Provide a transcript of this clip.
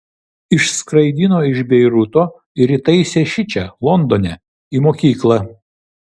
išskraidino iš beiruto ir įtaisė šičia londone į mokyklą